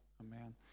Amen